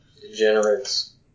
degenerates